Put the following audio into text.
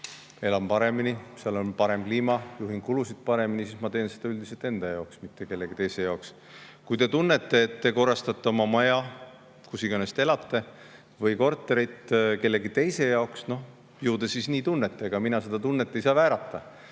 elan paremini, seal on parem kliima, ma juhin kulusid paremini, siis ma teen seda üldiselt enda jaoks, mitte kellegi teise jaoks. Kui te tunnete, et te korrastate oma maja, kus iganes te ka ei ela, või korterit kellegi teise jaoks, ju te siis nii tunnete. Ega mina seda tunnet ei saa väärata.